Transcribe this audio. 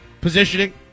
positioning